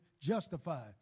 justified